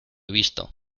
visto